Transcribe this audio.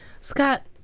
Scott